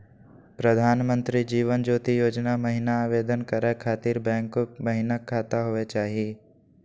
प्रधानमंत्री जीवन ज्योति योजना महिना आवेदन करै खातिर बैंको महिना खाता होवे चाही?